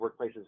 workplaces